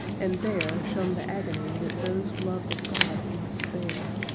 and there shone the agony that those loved of god must bear.